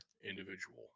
individual